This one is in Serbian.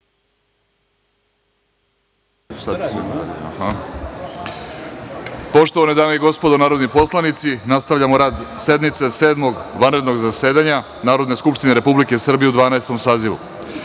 Poštovane dame i gospodo narodni poslanici, nastavljamo rad sednice Sedmog vanrednog zasedanja Narodne skupštine Republike Srbije u Dvanaestom